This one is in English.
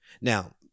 Now